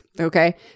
okay